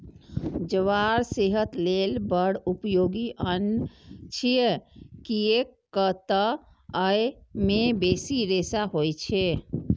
ज्वार सेहत लेल बड़ उपयोगी अन्न छियै, कियैक तं अय मे बेसी रेशा होइ छै